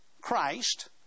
Christ